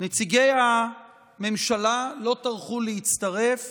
נציגי הממשלה לא טרחו להצטרף